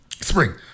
Spring